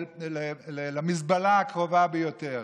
למזבלה הקרובה ביותר.